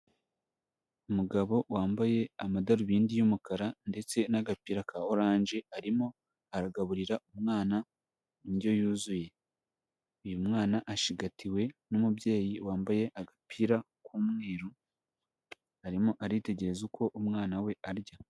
Umugabo wambaye amadarubindi y'umukara ndetse n'agapira ka oranje arimo aragaburira umwana indyo yuzuye. Uyu mwana ashigatiwe n'umubyeyi wambaye agapira k'umweru, arimo aritegereza uko umwana we arya.